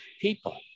people